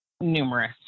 numerous